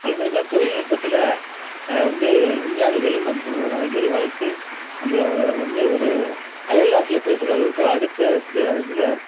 வளர்ந்திருக்குதுனா தொழில்நுட்பத்தில் வந்து விஞ்ஞானிகளும் நமக்கு அது மாரி வளர்த்து நம்மளை வந்து ஒரு அயல்நாட்டில் பேசுகிற அளவுக்கு அடுத்த ஸ்டே இதில்